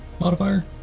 modifier